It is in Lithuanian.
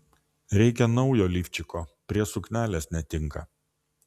reikia naujo lifčiko prie suknelės netinka